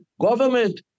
government